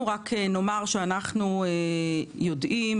אנחנו יודעים,